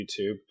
YouTube